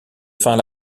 faim